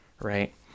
right